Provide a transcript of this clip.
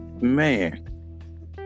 Man